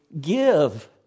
give